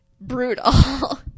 brutal